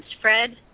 Fred